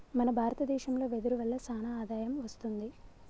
మన భారత దేశంలో వెదురు వల్ల సానా ఆదాయం వస్తుంది